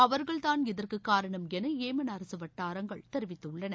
அவர்கள் தான் இதற்கு காரணம் என ஏமன் அரசு வட்டாரங்கள் தெரிவித்துள்ளன